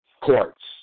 courts